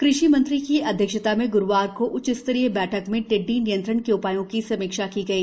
कृषि मंत्री की अध्यक्षता में ग्रुवार को उच्च स्तरीय बैठक में टिड्डी नियंत्रण के उपायों की समीक्षा की गई